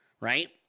right